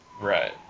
Right